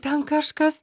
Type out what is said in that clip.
ten kažkas